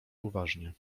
uważnie